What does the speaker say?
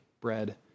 bread